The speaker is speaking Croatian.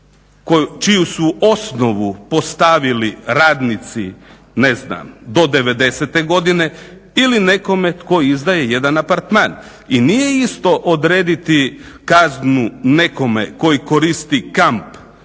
čiju su osnovu postavili radnici ne znam do 90-te godine ili nekome tko izdaje jedan apartman i nije isto odrediti kaznu nekome koji koristi kamp